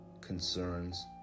concerns